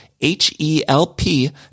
H-E-L-P